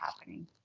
happening